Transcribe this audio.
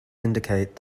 indicate